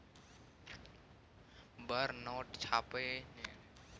बड़ नोट छापने रहय आब पुलिसकेँ अपन सभटा पूंजीक स्रोत देखाबे पड़तै